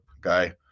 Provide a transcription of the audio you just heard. guy